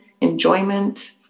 enjoyment